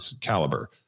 caliber